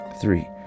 three